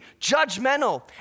judgmental